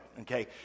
okay